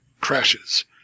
crashes